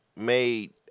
made